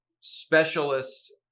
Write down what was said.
specialist